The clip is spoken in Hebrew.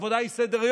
עבודה היא סדר-יום,